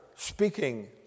Speaking